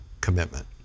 commitment